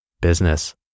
business